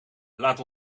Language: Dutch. laat